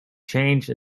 change